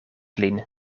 lin